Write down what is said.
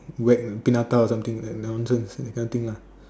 wet paint on tile or something like nonsense that kind of thing lah